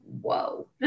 whoa